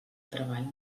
treball